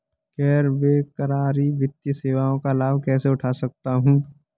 गैर बैंककारी वित्तीय सेवाओं का लाभ कैसे उठा सकता हूँ?